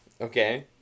Okay